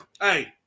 Hey